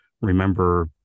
remember